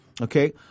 okay